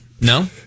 No